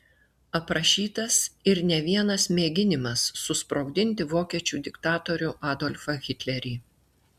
aprašytas ir ne vienas mėginimas susprogdinti vokiečių diktatorių adolfą hitlerį